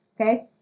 okay